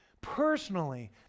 personally